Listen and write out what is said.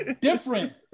different